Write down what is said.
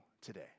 today